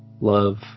love